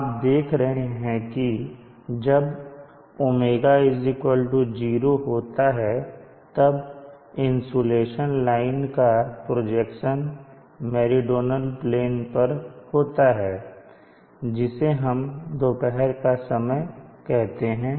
आप देख रहे हैं कि जब ω 0 होता है तब इंसुलेशन लाइन का प्रोजेक्शन मेरीडोनल प्लेन पर होता है जिसे हम दोपहर का समय कहते हैं